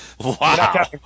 Wow